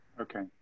Okay